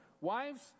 wives